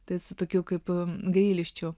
tai su tokiu kaip gailesčiu